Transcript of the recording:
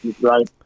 Right